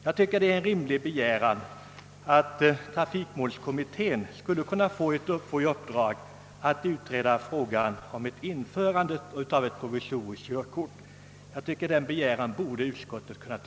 Jag tycker det är en rimlig begäran, som utskottet kunde ha tillmötesgått, att trafikmålskommittén skall få i uppdrag att utreda frågan om införande av provisoriska körkort.